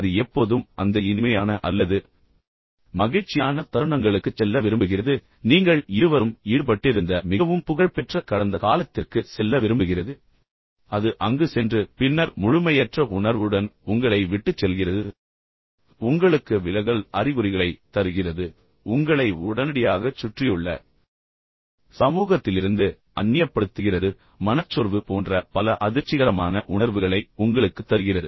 அது எப்போதும் அந்த இனிமையான அல்லது மகிழ்ச்சியான தருணங்களுக்குச் செல்ல விரும்புகிறது நீங்கள் இருவரும் ஈடுபட்டிருந்த மிகவும் புகழ்பெற்ற கடந்த காலத்திற்கு செல்ல விரும்புகிறது ஆனால் அது செய்யும் மற்றொரு விஷயம் என்னவென்றால் அது அங்கு சென்று பின்னர் முழுமையற்ற உணர்வுடன் உங்களை விட்டுச் செல்கிறது மேலும் உங்களுக்கு விலகல் அறிகுறிகளைத் தருகிறது உங்களை உடனடியாகச் சுற்றியுள்ள சமூகத்திலிருந்து அந்நியப்படுத்துகிறது மேலும் மனச்சோர்வு போன்ற பல அதிர்ச்சிகரமான உணர்வுகளை உங்களுக்குத் தருகிறது